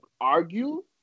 argue